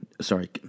Sorry